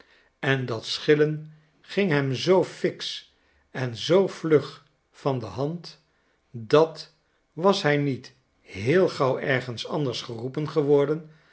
en dat schillen ging hem zoo ilks en zoo vlug van de hand dat was hij niet heel gauw ergens anders geroepen geworden